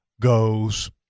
goes